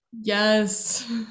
Yes